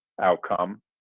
outcome